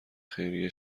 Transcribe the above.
خیریه